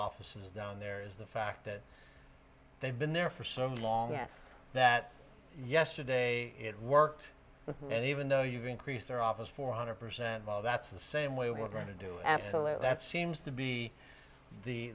offices down there is the fact that they've been there for so long yes that yesterday it worked and even though you've increased their office four hundred percent that's the same way we're going to do absolute that's seems to be the